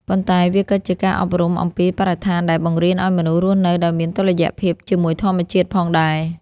ប៉ុន្តែវាក៏ជាការអប់រំអំពីបរិស្ថានដែលបង្រៀនឱ្យមនុស្សរស់នៅដោយមានតុល្យភាពជាមួយធម្មជាតិផងដែរ។